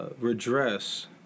redress